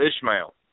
Ishmael